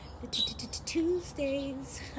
Tuesdays